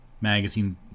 Magazine